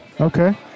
Okay